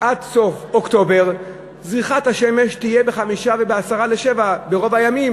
עד סוף אוקטובר זריחת השמש תהיה ב-06:55 ו-06:50 ברוב הימים,